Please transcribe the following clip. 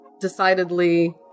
decidedly